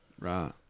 right